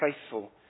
faithful